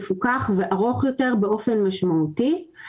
מפוקח וארוך יותר באופן משמעותי.